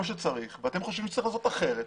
שצריך ואתם חושבים שצריך לעשות אחרת,